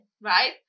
right